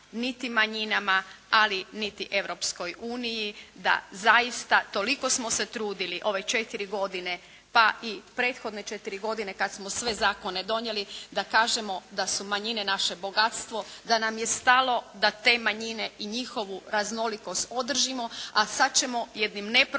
niti manjinama ali niti Europskoj uniji da zaista toliko smo se trudili ove četiri godine pa i prethodne četiri godine kad smo sve zakone donijeli da kažemo da su manjine naše bogatstvo, da nam je stalo da te manjine i njihovu raznolikost održimo a sad ćemo jednom nepromišljenom